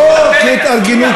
לא כהתארגנות,